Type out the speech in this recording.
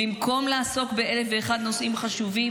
במקום לעסוק באלף ואחד נושאים חשובים,